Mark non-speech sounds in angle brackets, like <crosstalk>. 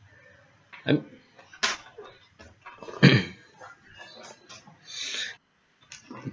I'm <noise>